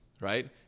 right